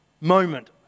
moment